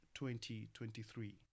2023